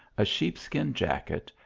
a sheepskin jacket,